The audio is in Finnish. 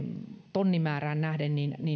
tonnimäärään nähden